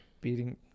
beating